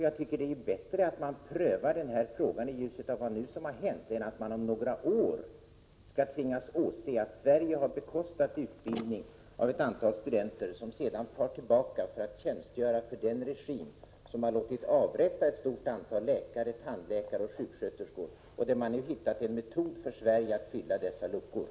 Jag tycker det är bättre att man prövar frågan i ljuset av vad som skett än att man om några år skall tvingas konstatera att Sverige har bekostat utbildning av ett antal studerande som efter utbildningen far tillbaka till Iran för att tjänstgöra för den regim som har låtit avrätta ett stort antal läkare, tandläkare och sjuksköterskor samt nu har hittat en metod att med hjälp av Sverige fylla luckorna.